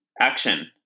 Action